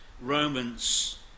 Romans